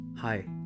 Hi